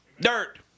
Dirt